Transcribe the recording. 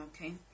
Okay